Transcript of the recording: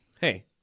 Hey